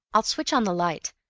i'll switch on the light.